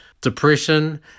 depression